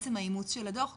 בעצם האימוץ של הדו"ח,